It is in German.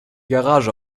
garage